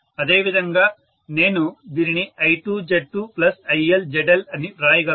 అదేవిధంగా నేను దీనిని I2Z2ILZL అని వ్రాయగలను